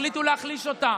החליטו להחליש אותה,